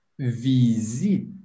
visite